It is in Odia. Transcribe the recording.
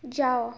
ଯାଅ